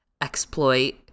exploit